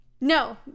no